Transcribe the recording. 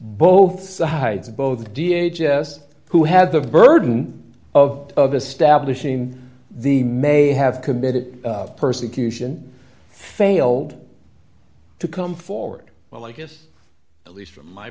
both sides both the d a just who have the burden of of establishing the may have committed persecution failed to come forward well i guess at least from my